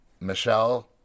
Michelle